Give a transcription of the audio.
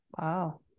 Wow